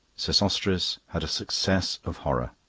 sesostris had a success of horror.